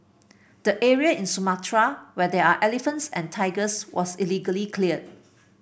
the area in Sumatra where there are elephants and tigers was illegally cleared